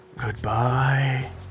Goodbye